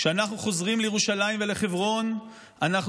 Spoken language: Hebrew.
כשאנחנו חוזרים לירושלים ולחברון אנחנו